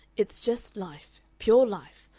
it's just life, pure life,